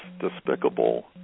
despicable